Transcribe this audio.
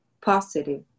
positive